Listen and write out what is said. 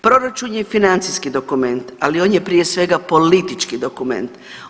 Proračun je financijski dokument, ali on je prije svega politički dokument.